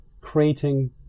creating